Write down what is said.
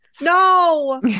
No